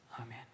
Amen